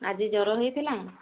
ଆଜି ଜର ହୋଇଥିଲା